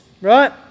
right